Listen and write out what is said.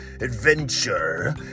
adventure